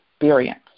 experience